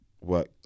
work